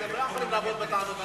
אתם לא יכולים לבוא בטענות על,